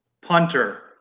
punter